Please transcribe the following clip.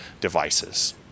devices